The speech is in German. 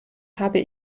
habe